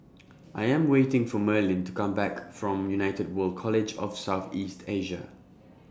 I Am waiting For Merlin to Come Back from United World College of South East Asia